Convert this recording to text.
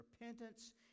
repentance